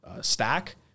stack